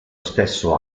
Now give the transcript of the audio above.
stesso